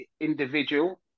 individual